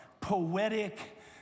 poetic